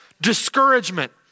discouragement